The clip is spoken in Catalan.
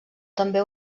també